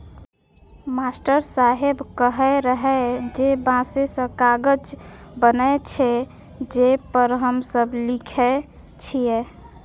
master साहेब कहै रहै जे बांसे सं कागज बनै छै, जे पर हम सब लिखै छियै